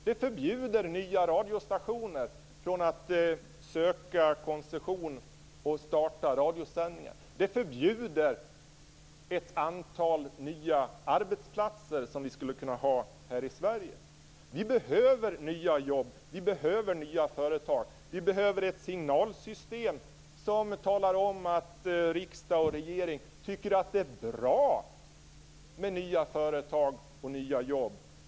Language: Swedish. Den förbjuder nya radiostationer att söka koncession och starta radiosändningar. Den förbjuder ett antal nya arbetsplatser som vi skulle kunna ha här i Sverige. Vi behöver nya jobb. Vi behöver nya företag. Vi behöver ett signalsystem som talar om att riksdag och regering tycker att det är bra med nya företag och nya jobb.